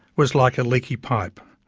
was like a leaky pipe.